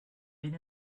been